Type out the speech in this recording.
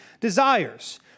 desires